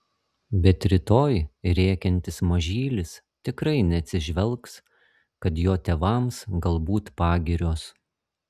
bet rytoj rėkiantis mažylis tikrai neatsižvelgs kad jo tėvams galbūt pagirios